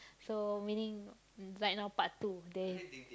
so meaning right now part two there's